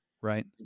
right